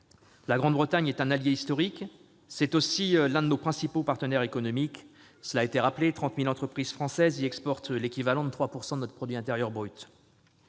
La Grande-Bretagne est un allié historique. C'est aussi l'un de nos principaux partenaires économiques. Ces chiffres ont été rappelés : 30 000 entreprises françaises y exportent l'équivalent de 3 % de notre PIB. Il s'agit